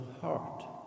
heart